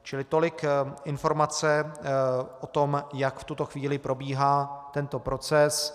Čili tolik informace o tom, jak v tuto chvíli probíhá tento proces.